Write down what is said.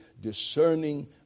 discerning